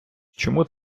чому